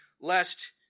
lest